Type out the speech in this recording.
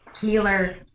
healer